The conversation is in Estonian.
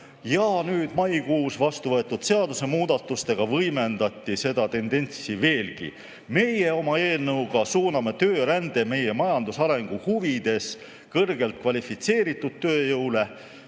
ja nüüd maikuus vastu võetud seadusmuudatustega võimendati seda tendentsi veelgi. Meie oma eelnõuga suuname töörände meie majanduse arengu huvides kõrgelt kvalifitseeritud tööjõule,